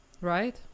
right